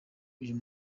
uyu